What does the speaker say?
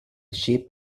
ship